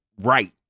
right